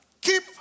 Keep